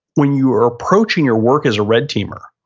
when you are approaching your work as a red teamer,